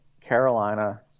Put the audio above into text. Carolina